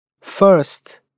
First